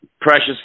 precious